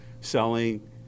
selling